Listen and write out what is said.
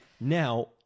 Now